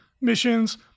missions